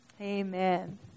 Amen